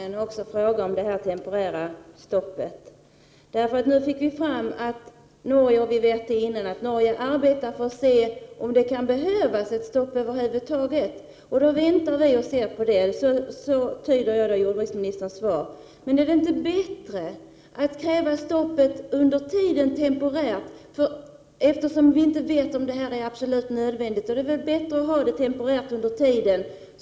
Herr talman! Jag skall för sista gången fråga om temporärt stopp. Nu fick vi höra att man i Norge arbetar för att se om det behövs ett stopp över huvud taget och att vi därför väntar. Så tyder jag jordbruksministerns svar. Men är inte det bättre att kräva stopp temporärt under tiden, eftersom vi inte vet om det blir absolut nödvändigt med ett stopp.